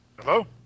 Hello